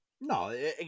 No